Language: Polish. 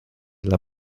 dla